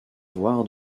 voir